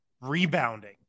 rebounding